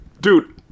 Dude